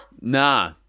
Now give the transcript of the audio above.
nah